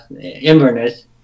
Inverness